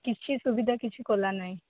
କିଛି ସୁବିଧା କିଛି କଲା ନାଇଁ